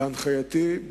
בהנחייתי,